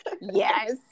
Yes